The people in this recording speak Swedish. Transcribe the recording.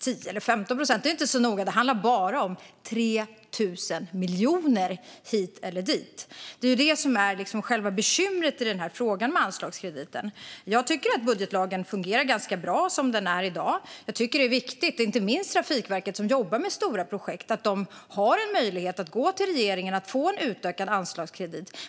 10 eller 15 procent är inte så noga, det handlar ju bara om 3 000 miljoner kronor hit eller dit. Det är detta som är själva bekymret med frågan om anslagskrediten. Jag tycker att budgetlagen fungerar ganska bra som den är i dag. Jag tycker att det är viktigt att inte minst Trafikverket som jobbar med stora projekt har en möjlighet att gå till regeringen och få en utökad anslagskredit.